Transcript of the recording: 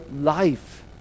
life